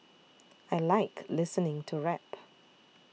I like listening to rap